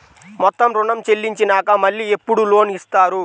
మొత్తం ఋణం చెల్లించినాక మళ్ళీ ఎప్పుడు లోన్ ఇస్తారు?